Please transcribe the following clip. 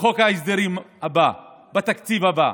בחוק ההסדרים הבא, בתקציב הבא.